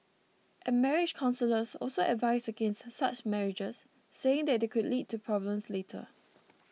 and marriage counsellors also advise against such marriages saying that it could lead to problems later